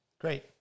Great